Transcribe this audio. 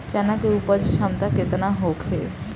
चना के उपज क्षमता केतना होखे?